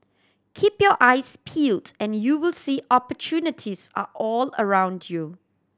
keep your eyes peeled and you will see opportunities are all around you